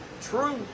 true